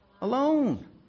alone